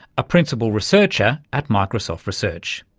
a principal researcher at microsoft research.